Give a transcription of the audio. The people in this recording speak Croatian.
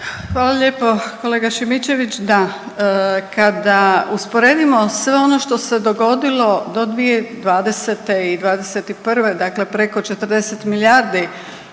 Hvala lijepa kolega Šimičević. Da, kad usporedimo sve ono što se dogodilo do 2020. i '21. dakle preko 40 milijardi